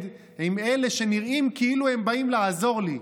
עם אלה שנראים כאילו הם באים לעזור לי.